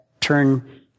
turn